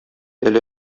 әле